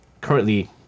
currently